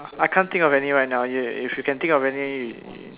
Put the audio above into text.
err I can't think of any right now if if you can think of any you